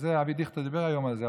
אבי דיכטר דיבר היום על זה.